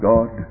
God